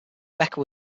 becker